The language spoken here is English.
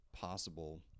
possible